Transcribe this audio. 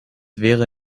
wäre